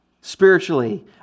spiritually